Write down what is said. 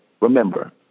remember